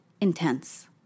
intense